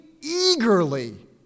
eagerly